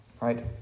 right